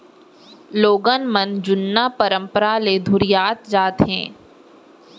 लोगन मन जुन्ना परंपरा ले दुरिहात जात हें